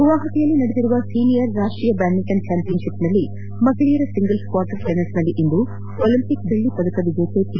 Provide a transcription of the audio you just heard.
ಗುವಾಹಟಿಯಲ್ಲಿ ನಡೆದಿರುವ ಸೀನಿಯರ್ ರಾಷ್ಟೀಯ ಬ್ಯಾಡ್ಟಿಂಟನ್ ಚಾಂಪಿಯನ್ ಶಿಪ್ನಲ್ಲಿ ಮಹಿಳೆಯರ ಸಿಂಗಲ್ಸ್ ಕ್ವಾರ್ಟರ್ ಫೈನಲ್ಸ್ನಲ್ಲಿಂದು ಒಲಿಪಿಂಕ್ ಬೆಳ್ಳಿ ಪದಕ ವಿಜೇತೆ ಪಿ